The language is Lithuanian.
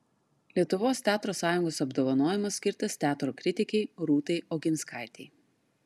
lietuvos teatro sąjungos apdovanojimas skirtas teatro kritikei rūtai oginskaitei